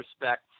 respect